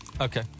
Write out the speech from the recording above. Okay